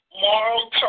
moral